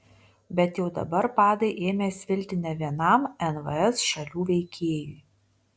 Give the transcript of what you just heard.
bet jau dabar padai ėmė svilti ne vienam nvs šalių veikėjui